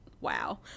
Wow